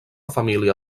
família